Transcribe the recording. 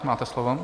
Máte slovo.